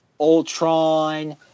Ultron